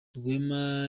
rwema